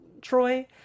Troy